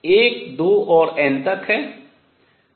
k 1 2 और n तक है